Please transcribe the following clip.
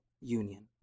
union